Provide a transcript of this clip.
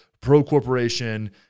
pro-corporation